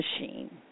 machine